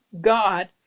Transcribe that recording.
God